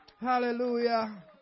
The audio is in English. Hallelujah